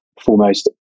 foremost